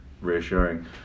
reassuring